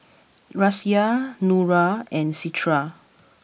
Raisya Nura and Citra